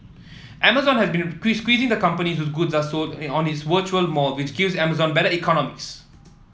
amazon has been squeeze squeezing the company whose goods are sold on its virtual mall which gives Amazon better economics